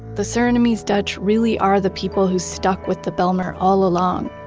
the surinamese dutch really are the people who stuck with the bijlmer all along.